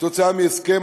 כתוצאה מהסכם.